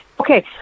Okay